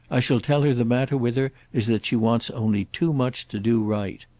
i shall tell her the matter with her is that she wants only too much to do right.